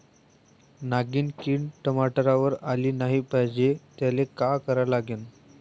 नागिन किड टमाट्यावर आली नाही पाहिजे त्याले काय करा लागन?